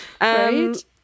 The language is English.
Right